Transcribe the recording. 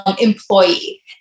employee